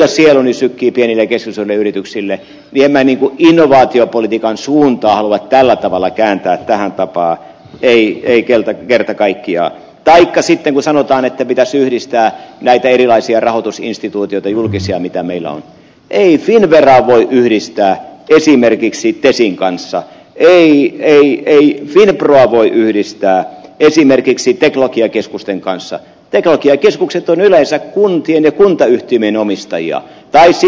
asia on iso kilpiäinen kesäsade yrityksille joille niput innovaatiopolitiikan suuntaavat tällä tavalla kääntää tähän tapaan perii pelkältä kertakaikkiaan taikka sitten sanotaan että pitäisi yhdistää näitä erilaisia rahoitusinstituutioita julkisia mitä meillä ei filmejä yhdistää esimerkiksi taysin kanssa töihin ei koskaan voi yhdistää esimerkiksi teknologiakeskusten kanssa teknologiakeskukset on yleensä kuntien ja kuntayhtymien omistajia täysin